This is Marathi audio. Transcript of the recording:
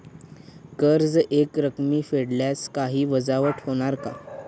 कर्ज एकरकमी फेडल्यास काही वजावट होणार का?